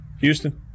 Houston